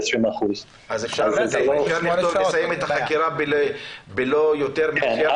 אז אפשר לסיים את החקירה בלא יותר מ-48 שעות.